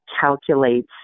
calculates